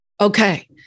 Okay